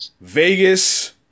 Vegas